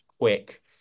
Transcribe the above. quick